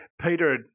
Peter